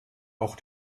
auch